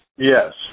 Yes